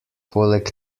poleg